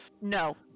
No